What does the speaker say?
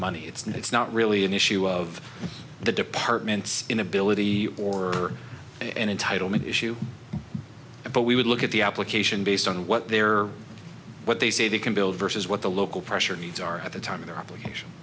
money it's not it's not really an issue of the department's inability or and entitle me to issue but we would look at the application based on what they are what they say they can build versus what the local pressure needs are at the time of the application